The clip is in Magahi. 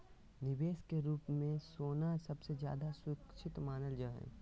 निवेश के रूप मे सोना सबसे ज्यादा सुरक्षित मानल जा हय